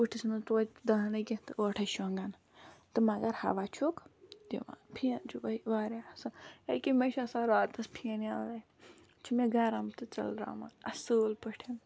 کُٹِھس منٛز توتہِ دَہ نے کینہہ تہٕ ٲٹھے شۄنگَان تہٕ مگر ہوا چھُکھ دِوان فِین چھُ واریاہ اصل ییٚکیاہ مےٚ چھُ آسان راتس فِیَن یَلے یہِ چھُ مےٚ گَرم تہِ ژٔلراوان اصٕل پٲٹھۍ